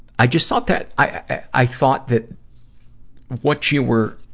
i just thought that, i thought that what you were,